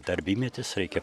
darbymetis reikia